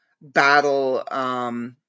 battle